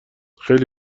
خیلی